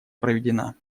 проведена